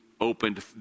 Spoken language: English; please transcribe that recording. opened